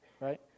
right